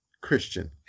Christian